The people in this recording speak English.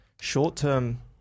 short-term